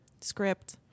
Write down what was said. script